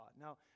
Now